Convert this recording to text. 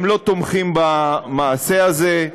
הם לא תומכים במעשה הזה,